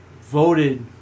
voted